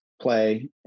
play